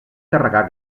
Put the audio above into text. carregar